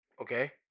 Okay